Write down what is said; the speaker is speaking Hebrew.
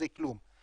זה כלום.